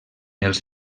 els